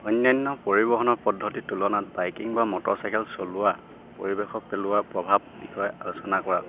অন্যান্য পৰিবহণৰ পদ্ধতিৰ তুলনাত বাইকিং বা মটৰচাইকেল চলোৱা পৰিৱেশত পেলোৱা প্ৰভাৱ বিষয়ে আলোচনা কৰা